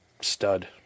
stud